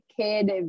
kid